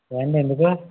ఏమండి ఎందుకు